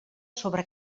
sobre